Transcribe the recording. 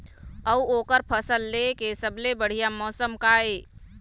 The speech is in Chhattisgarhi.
अऊ ओकर फसल लेय के सबसे बढ़िया मौसम का ये?